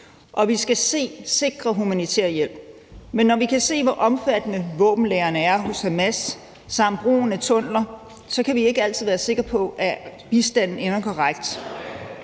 og vi skal sikre humanitær hjælp. Men når vi kan se, hvor omfattende våbenlagrene er hos Hamas, samt brugen af tunneller, så kan vi ikke altid være sikre på, at bistanden ender det korrekte